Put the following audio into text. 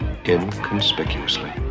inconspicuously